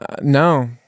no